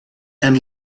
and